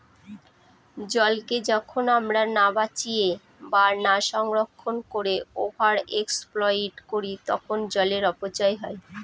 জলকে যখন আমরা না বাঁচিয়ে বা না সংরক্ষণ করে ওভার এক্সপ্লইট করি তখন জলের অপচয় হয়